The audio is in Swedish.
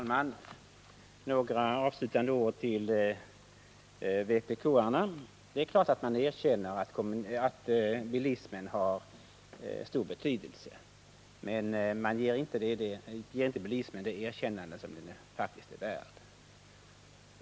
Herr talman! Några avslutande ord till vpk-arna. Det är klart att man erkänner att bilismen har stor betydelse, men man ger inte bilismen det erkännande som den faktiskt är värd.